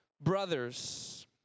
Brothers